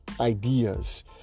ideas